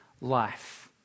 life